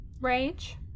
rage